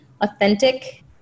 authentic